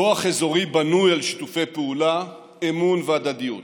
כוח אזורי בנוי על שיתופי פעולה, אמון והדדיות.